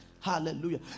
Hallelujah